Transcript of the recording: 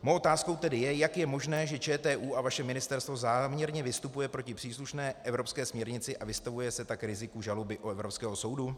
Mou otázkou tedy je, jak je možné, že ČTÚ a vaše ministerstvo záměrně vystupuje proti příslušné evropské směrnici a vystavuje se tak riziku žaloby od Evropského soudu.